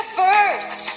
first